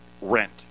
Rent